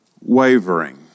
wavering